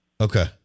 Okay